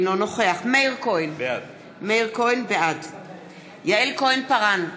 אינו נוכח מאיר כהן, בעד יעל כהן-פארן,